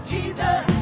Jesus